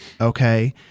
Okay